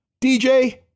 DJ